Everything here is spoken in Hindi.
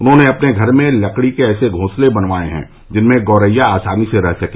उन्होंने अपने घर में लकड़ी के ऐसे घोंसले बनवाये हैं जिनमें गौरैया आसानी से रह सके